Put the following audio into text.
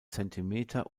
zentimeter